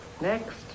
next